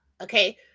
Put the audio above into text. Okay